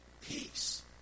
Peace